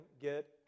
get